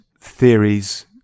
theories